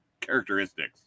characteristics